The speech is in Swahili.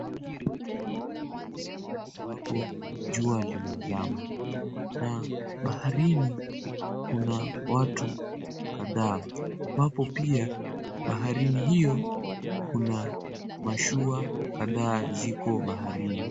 Kwenye ufuo wa bahari ambapo jua limezama na baharini kuna watu kadhaa ambapo pia baharini hiyo kuna mashua kadhaa ziko baharini.